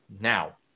Now